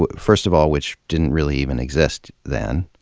but first of all, which didn't really even exist then,